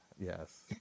Yes